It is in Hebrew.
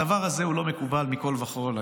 הדבר הזה לא מקובל מכול וכול.